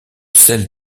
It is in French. sel